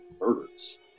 murders